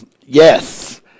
Yes